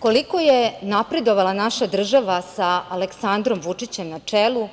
Koliko je napredovala naša država sa Aleksandrom Vučićem na čelu,